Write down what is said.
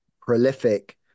prolific